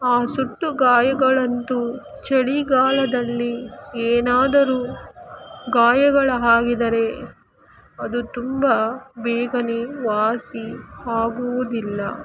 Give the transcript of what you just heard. ಆ ಸುಟ್ಟ ಗಾಯಗಳಂತೂ ಚಳಿಗಾಲದಲ್ಲಿ ಏನಾದರೂ ಗಾಯಗಳು ಆಗಿದರೆ ಅದು ತುಂಬ ಬೇಗನೇ ವಾಸಿ ಆಗುವುದಿಲ್ಲ